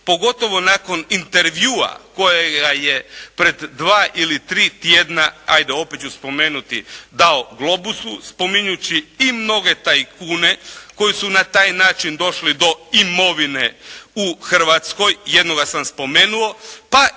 pogotovo nakon intervjua kojega je pred 2 ili 3 tjedna, ajde opet ću spomenuti dao Globusu, spominjući i mnoge tajkune koji su na taj način došli do imovine u Hrvatskoj, jednoga sam spomenuo pa između